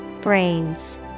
Brains